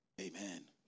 Amen